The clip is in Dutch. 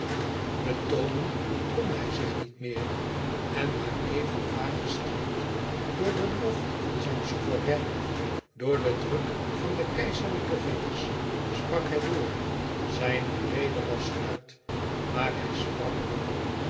betoomen kon hij zich niet meer en maar even vaag gestreeld door den lof van zijn souverein door den druk van de keizerlijke vingers sprak hij door zijne rede was uit maar hij sprak door